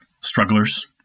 strugglers